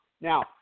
Now